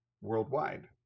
worldwide